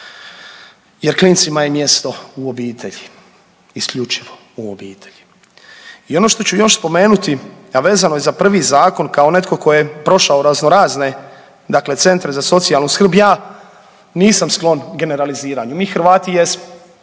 jer klincima je mjesto u obitelji, isključivo u obitelji. I ono što ću još spomenuti, a vezano je za prvi zakon, kao netko tko je prošao razno razne dakle centre za socijalnu skrb. Ja nisam sklon generaliziranju, mi Hrvati jesmo,